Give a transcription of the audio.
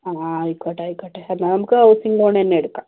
ആണോ ആ ആയിക്കോട്ടെ ആയിക്കോട്ടെ എന്നാൽ നമുക്ക് ഹൗസിംഗ് ലോണുതന്നെ എടുക്കാം